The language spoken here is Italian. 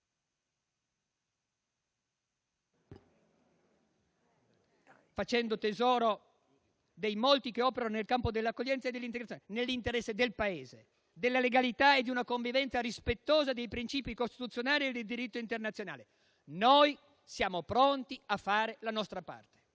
nonché dei molti che operano nel campo dell'accoglienza e dell'integrazione, nell'interesse del Paese, della legalità e di una convivenza rispettosa dei principi costituzionali e del diritto internazionale. Noi siamo pronti a fare la nostra parte.